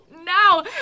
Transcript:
Now